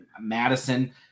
Madison